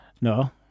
No